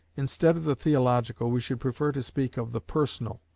instead of the theological we should prefer to speak of the personal,